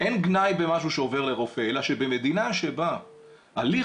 אין גנאי במשהו שעובר לרופא אלא במדינה שבה הליך